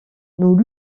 nous